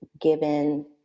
given